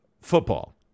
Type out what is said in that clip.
football